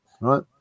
right